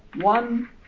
One